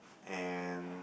and